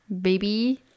Baby